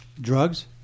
drugs